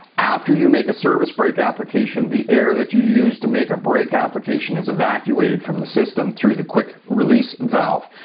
after you make a service brake application the air that you use to make a brake application is evacuated from the system through the quick release valve.